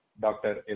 Doctor